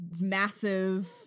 massive